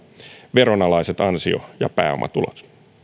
veronalaiset ansio ja pääomatulot